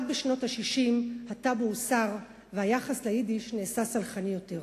רק בשנות ה-60 הטאבו הוסר והיחס ליידיש נעשה סלחני יותר.